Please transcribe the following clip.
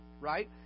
right